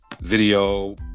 Video